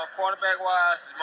Quarterback-wise